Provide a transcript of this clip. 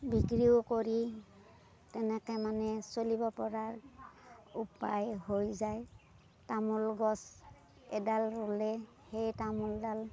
বিক্ৰীও কৰি তেনেকে মানে চলিব পৰাৰ উপায় হৈ যায় তামোল গছ এডাল ৰুলে সেই তামোলডাল